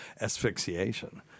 asphyxiation